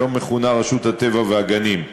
שהיום מכונה רשות הטבע והגנים.